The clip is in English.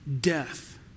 death